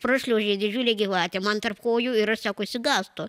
prašliaužė didžiulė gyvatė man tarp kojų ir aš sako išsigąstu